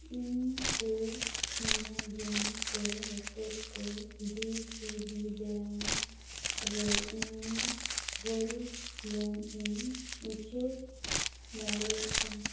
ᱤᱧ ᱪᱮᱫ Amazon pay ᱦᱚᱛᱮᱛᱮ ᱰᱤ ᱥᱤ ᱵᱤ ᱵᱮᱝᱠ ᱨᱮ ᱤᱧᱟᱹᱜ ᱜᱳᱞᱰ ᱞᱳᱱᱤᱧ ᱩᱪᱟᱹᱲ ᱫᱟᱲᱮᱭᱟᱜᱼᱟ